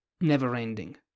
never-ending